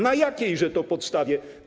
Na jakiejże to podstawie?